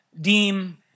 deem